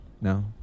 No